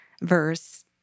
verse